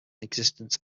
existence